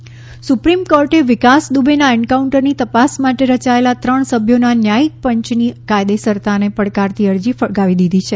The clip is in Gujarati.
દુબે એકાઉન્ટર સુપ્રીમ કોર્ટે વિકાસ દુબેના એન્કાઉન્ટરની તપાસ માટે રચાયેલા ત્રણ સભ્યોના ન્યાયિક પંચની કાયદેસરતાને પડકારતી અરજી ફગાવી દીધી છે